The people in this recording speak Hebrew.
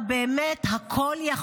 אם אתה באמת הכול יכול,